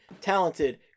talented